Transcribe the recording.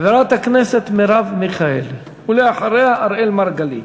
חברת הכנסת מרב מיכאלי, ולאחריה, אראל מרגלית.